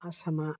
आसामा